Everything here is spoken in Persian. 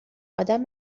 ادم